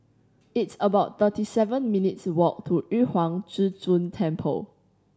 it's about thirty seven minutes' walk to Yu Huang Zhi Zun Temple